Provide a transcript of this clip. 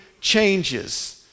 changes